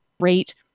great